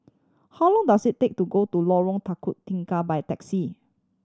how long does it take to go to Lorong Tiga by taxi